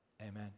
Amen